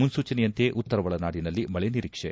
ಮುನ್ಸೂಚನೆಯಂತೆ ಉತ್ತರ ಒಳನಾಡಿನಲ್ಲಿ ಮಳೆ ನಿರೀಕ್ಷೆ